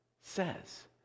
says